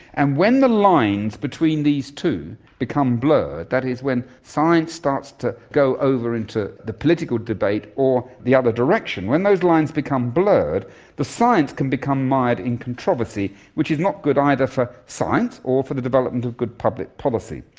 and when the lines between these two become blurred, that is when science starts to go over into the political debate or the other direction, when those lines become blurred the science can become mired in controversy, which is not good either for science or for the development of good public policy.